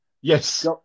Yes